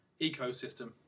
ecosystem